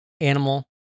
Animal